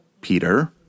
Peter